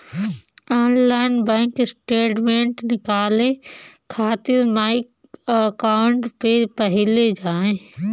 online bank statement निकाले खातिर my account पे पहिले जाए